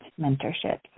mentorship